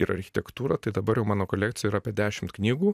ir architektūrą tai dabar jau mano kolekcijoj yra apie dešimt knygų